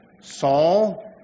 Saul